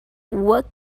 what